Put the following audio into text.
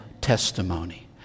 testimony